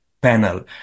panel